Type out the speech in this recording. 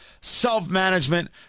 self-management